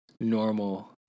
normal